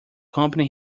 company